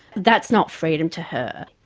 that's not freedom to her.